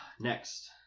Next